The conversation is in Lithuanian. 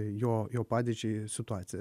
jo jo padėčiai situacija